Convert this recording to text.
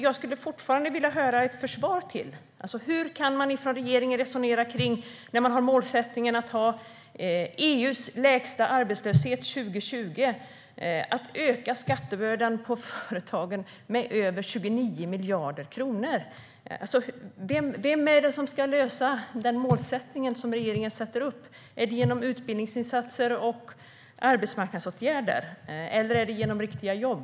Jag vill fortfarande ha svar på frågan: Hur kan man från regeringen - när man har målsättningen EU:s lägsta arbetslöshet 2020 - öka skattebördan för företagen med över 29 miljarder kronor? Vem ska uppnå den målsättning som regeringen sätter upp? Är det genom utbildningsinsatser och arbetsmarknadsåtgärder? Eller är det genom riktiga jobb?